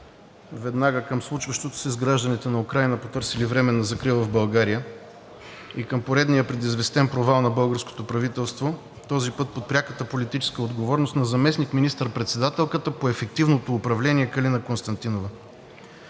веднага към случващото се с гражданите на Украйна, потърсили временна закрила в България, и към поредния предизвестен провал на българското правителство, този път под пряката политическа отговорност на заместник министър-председателката по ефективното управление Калина Константинова.